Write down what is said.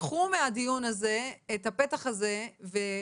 תיקחו מהדיון הזה את הפתח הזה ופשוט